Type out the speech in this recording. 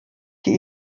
die